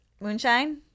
Moonshine